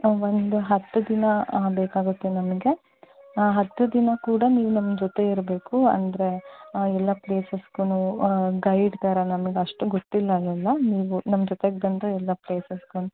ಒಂದು ಹತ್ತು ದಿನ ಬೇಕಾಗುತ್ತೆ ನಮಗೆ ಆ ಹತ್ತು ದಿನ ಕೂಡ ನೀವು ನಮ್ಮ ಜೊತೆ ಇರಬೇಕು ಅಂದರೆ ಎಲ್ಲ ಪ್ಲೇಸಸ್ಗು ಗೈಡ್ ಥರ ನಮ್ಗೆ ಅಷ್ಟು ಗೊತ್ತಿಲ್ಲ ಅಲ್ಲವಾ ನೀವು ನಮ್ಮ ಜೊತೆಗೆ ಬಂದರೆ ಎಲ್ಲ ಪ್ಲೇಸಸ್ಗೂ